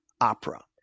opera